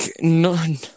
none